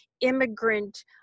immigrant